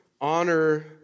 honor